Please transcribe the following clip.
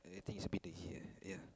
do you think it's a bit ya